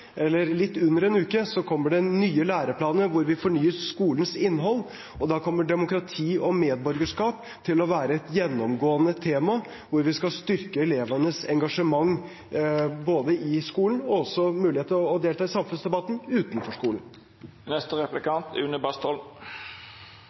eller litt under en uke, kommer det nye læreplaner, hvor vi fornyer skolens innhold. Da kommer demokrati og medborgerskap til å være et gjennomgående tema, og vi skal styrke elevenes engasjement i skolen og også deres mulighet til å delta i samfunnsdebatten utenfor skolen.